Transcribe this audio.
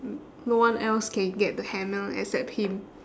no one else can get the hammer except him